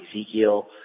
Ezekiel